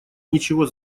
ничего